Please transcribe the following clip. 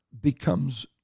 becomes